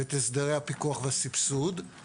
ואת הסדרי הפיקוח והסבסוד.